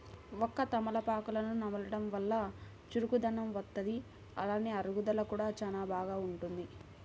వక్క, తమలపాకులను నమలడం వల్ల చురుకుదనం వత్తది, అలానే అరుగుదల కూడా చానా బాగుంటది